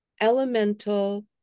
elemental